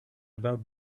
about